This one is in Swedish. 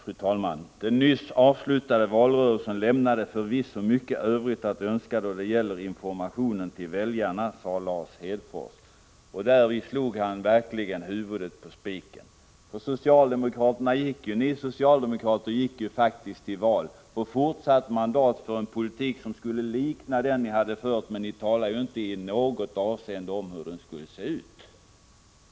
Fru talman! Den nyss avslutade valrörelsen lämnade förvisso mycket Övrigt att önska då det gäller informationen till väljarna, sade Lars Hedfors. Därvid slog han verkligen huvudet på spiken. För ni socialdemokrater gick faktiskt till val på fortsatt mandat för en politik som skulle likna den ni hade fört, men ni talade inte i något avseende om hur den skulle se ut.